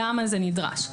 למה זה נדרש,